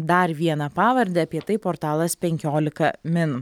dar viena pavarde apie tai portalas penkiolika min